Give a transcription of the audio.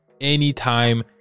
Anytime